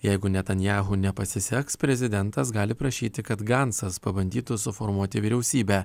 jeigu netanyahu nepasiseks prezidentas gali prašyti kad gancas pabandytų suformuoti vyriausybę